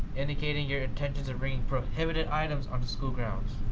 indicating your intentions of bringing prohibited items onto school grounds.